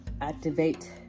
Activate